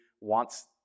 wants